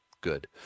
good